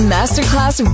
Masterclass